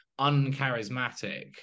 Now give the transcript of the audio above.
uncharismatic